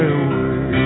away